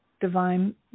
divine